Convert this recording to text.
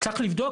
צריך לבדוק,